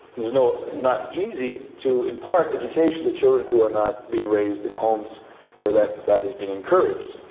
you know not easy to impart education to children who are not being raised in homes where that that is being encouraged.